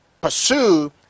pursue